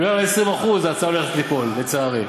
בגלל ה-20% ההצעה הולכת ליפול, לצערי.